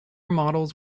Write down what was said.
models